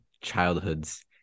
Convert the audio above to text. childhoods